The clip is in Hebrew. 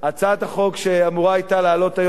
הצעת החוק שהיתה אמורה לעלות היום,